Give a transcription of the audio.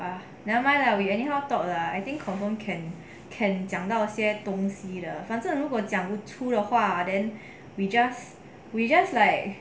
ah never mind lah we anyhow talk lah I think confirm can can 讲那些东西的反正如果讲不出的话 then we just we just like